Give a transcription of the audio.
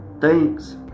Thanks